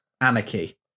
Anarchy